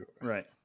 right